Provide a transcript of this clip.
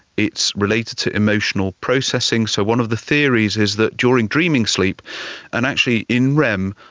it's related to emotional processing. so one of the theories is that during dreaming sleep and actually in rem,